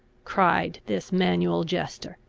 cried this manual jester,